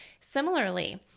Similarly